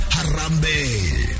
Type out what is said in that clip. Harambe